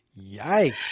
yikes